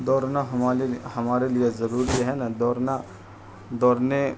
دوڑنا ہمالے ہمارے لیے ضروری ہے نا دوڑنا دوڑنے